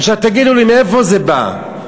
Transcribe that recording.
תגידו לי, מאיפה זה בא?